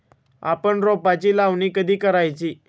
आपण रोपांची लावणी कधी करायची?